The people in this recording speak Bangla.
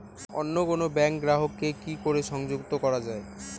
অন্য কোনো ব্যাংক গ্রাহক কে কি করে সংযুক্ত করা য়ায়?